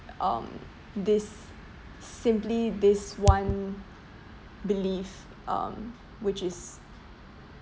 um this simply this one belief um which is